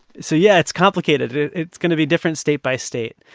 so, yeah, it's complicated. it's going to be different state by state.